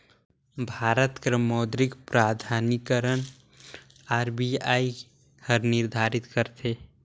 भारत कर मौद्रिक प्राधिकरन आर.बी.आई हर निरधारित करथे